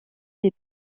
les